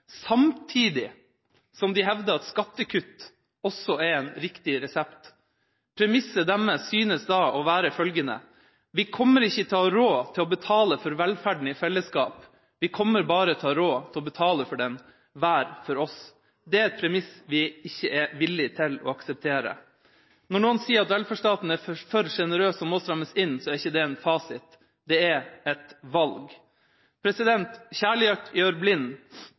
samtidig som de hevder at skattekutt også er en riktig resept. Premisset deres synes da å være følgende: Vi kommer ikke til å ha råd til å betale for velferden i fellesskap, vi kommer bare til å ha råd til å betale for den hver for oss. Det er et premiss vi ikke er villig til å akseptere. Når noen sier at velferdsstaten er for generøs og må strammes inn, er det ikke en fasit, det er et valg. Kjærlighet gjør blind.